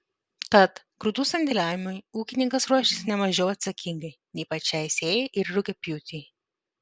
tad grūdų sandėliavimui ūkininkas ruošiasi ne mažiau atsakingai nei pačiai sėjai ir rugiapjūtei